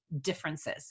differences